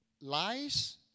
lies